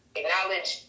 acknowledge